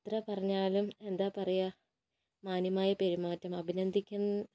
എത്ര പറഞ്ഞാലും എന്താ പറയുക മാന്യമായ പെരുമാറ്റം അഭിനന്ദിക്കുന്ന